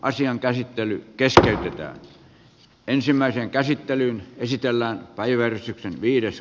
asian käsittely keskeytetään